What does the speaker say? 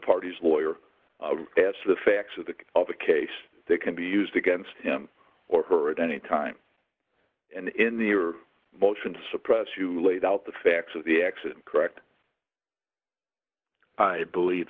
party's lawyer as to the facts of the case of a case that can be used against him or her at any time and in the your motion to suppress you laid out the facts of the accident correct i believe